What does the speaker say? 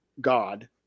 God